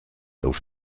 auf